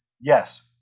Yes